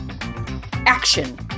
action